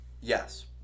Yes